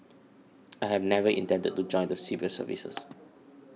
I had never intended to join the civil service